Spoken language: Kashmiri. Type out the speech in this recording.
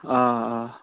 آ آ